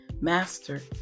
Master